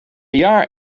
jaar